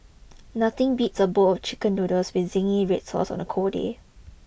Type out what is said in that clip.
nothing beats a bowl of chicken noodles with zingy red sauce on a cold day